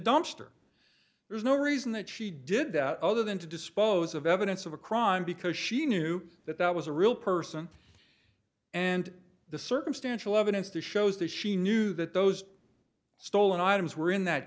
dumpster there's no reason that she did that other than to dispose of evidence of a crime because she knew that that was a real person and the circumstantial evidence to shows that she knew that those stolen items were in that